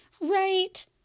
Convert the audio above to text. right